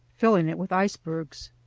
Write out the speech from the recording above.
filling it with icebergs.